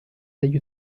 degli